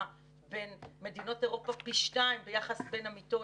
בינינו לבין מדינות אירופה ביחס המיטות,